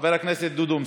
חבר הכנסת דודו אמסלם.